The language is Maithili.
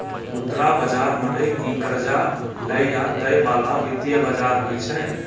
मुद्रा बजार मने कि कर्जा लै या दै बाला वित्तीय बजार होय छै